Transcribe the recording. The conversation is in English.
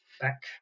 back